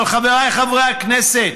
אבל חבריי חברי הכנסת,